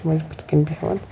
تِم ٲسۍ بٕتھِ کَنۍ بیٚہوان